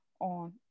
On